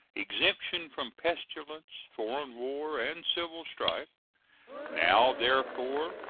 exemption from pestilence, foreign war, and civil strife now, therefore,